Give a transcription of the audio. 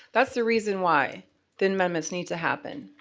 that's the reason why the amendments need to happen.